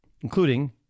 including